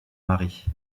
mary